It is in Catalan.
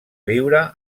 viure